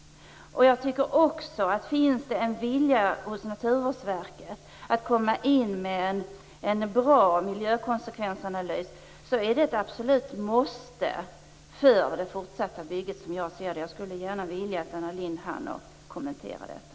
Jag tycker också att om det finns en vilja hos Naturvårdsverket att komma in med en bra miljökonsekvensanalys så är det ett absolut måste för det fortsatta bygget. Jag skulle gärna vilja att Anna Lindh hann kommentera detta.